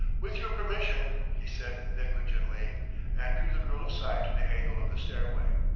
with your permission, he said negligently and drew the girl aside to the angle of the stairway.